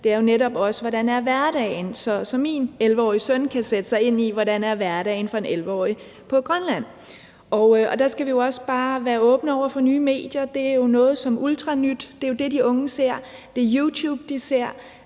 det er jo netop også, hvordan hverdagen er, så min 11-årige søn kan sætte sig ind i, hvordan hverdagen for en 11-årig i Grønland er. Der skal vi jo også bare være åbne over for nye medier. Det er jo noget som Ultra Nyt. Det er jo det, de unge ser. Det er YouTube, de ser.